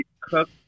cook